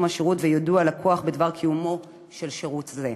השירות ויידוע הלקוח בדבר קיומו של שירות זה.